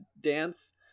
dance